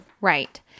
right